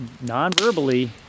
non-verbally